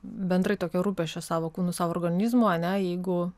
bendrai tokio rūpesčio savo kūnu savo organizmu ar ne jeigu